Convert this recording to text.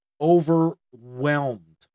overwhelmed